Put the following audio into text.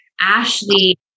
Ashley